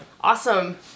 Awesome